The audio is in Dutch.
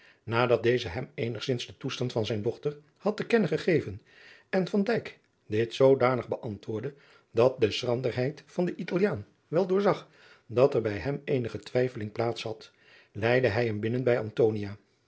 nadat deze hem eenigzins den toestand van zijn dochter had te kennen gegeven en van dijk dit zoodanig beantwoordde dat de schranderheid van den italiaan wel doorzag dat er bij hem eenige twijfeling plaats had leidde hij hem binnen bij